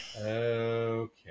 okay